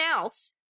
else